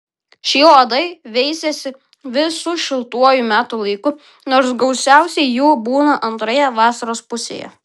šie uodai veisiasi visu šiltuoju metų laiku nors gausiausiai jų būna antroje vasaros pusėje